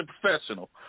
professional